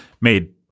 made